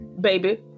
baby